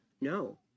No